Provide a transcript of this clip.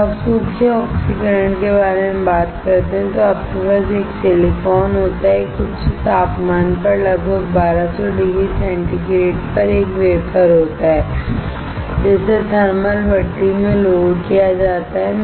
जब आप सूखे ऑक्सीकरण के बारे में बात करते हैं तो आपके पास एक सिलिकॉन होता है एक उच्च तापमान पर लगभग 1200 डिग्री सेंटीग्रेड पर एक वेफर होता है जिसे थर्मल भट्ठी में लोड किया जाता है